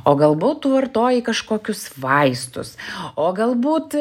o galbūt tu vartoji kažkokius vaistus o galbūt